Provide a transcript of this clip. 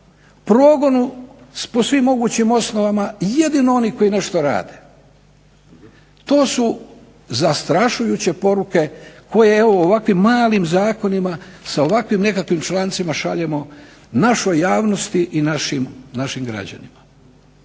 progonu po svim osnovama jedino onih koji nešto rade, to su zastrašujuće poruke koje ovakvim malim zakonima, malim člancima šaljemo našoj javnosti i našim građanima.